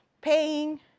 paying